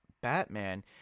Batman